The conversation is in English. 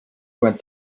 went